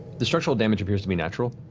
the structural damage appears to be natural.